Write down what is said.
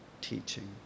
teaching